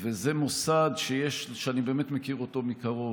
וזה מוסד שאני באמת מכיר אותו מקרוב.